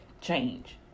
change